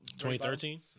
2013